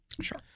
Sure